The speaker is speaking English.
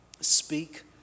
Speak